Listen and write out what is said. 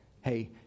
hey